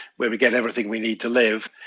where we get everything we need to live.